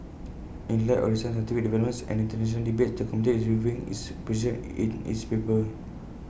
in light of recent scientific developments and International debates the committee is reviewing its position IT in its paper